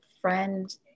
friend